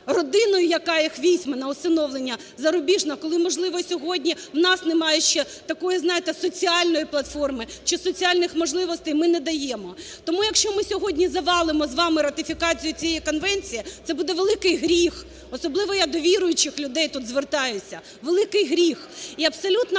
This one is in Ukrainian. родиною, яка їх візьме на усиновлення зарубіжна, коли, можливо, сьогодні у нас немає ще такої, знаєте, соціальної платформи, чи соціальних можливостей, ми не даємо. Тому, якщо ми сьогодні завалимо з вами ратифікацію цієї конвенції, це буде великий гріх, особливо я до віруючих людей тут звертаюся, великий гріх. І абсолютно